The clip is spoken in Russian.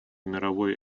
мировой